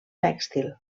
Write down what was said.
tèxtil